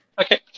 Okay